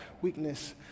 weakness